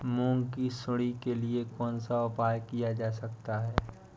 मूंग की सुंडी के लिए कौन सा उपाय किया जा सकता है?